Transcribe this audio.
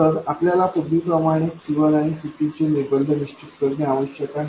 तर आपल्याला पूर्वीप्रमाणेच C1 आणि C2 चे निर्बंध निश्चित करणे आवश्यक आहे